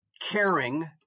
caring